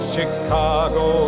Chicago